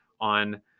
on